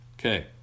Okay